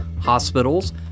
hospitals